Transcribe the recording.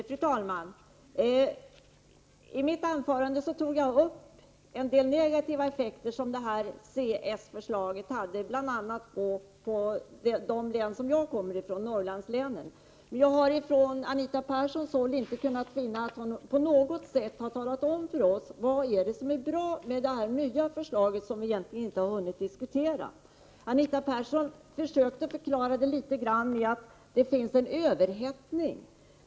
Fru talman! I mitt anförande tog jag upp en del negativa effekter som det här s-c-förslaget har på bl.a. mitt län och andra Norrlandslän. Jag har inte kunnat finna att Anita Persson på något sätt har talat om för oss vad som är bra med det nya förslag som vi egentligen inte har hunnit diskutera. Anita Persson försöker förklara det litet med att vi har en överhettning.